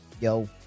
Yo